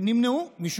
נמנעו ממנו,